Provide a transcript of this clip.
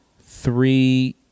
Three